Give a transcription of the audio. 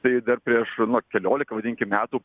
tai dar prieš na keliolika vadinkim metų